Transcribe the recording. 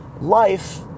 Life